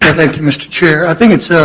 thank you mr. chair. i think it's so